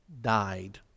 died